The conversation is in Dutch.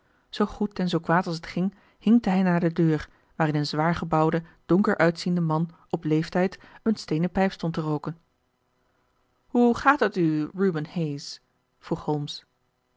zoo goed en zoo kwaad als t ging hinkte hij naar de deur waarin een zwaar gebouwde donker uitziende man op leeftijd een steenen pijp stond te rooken hoe gaat het u reuben hayes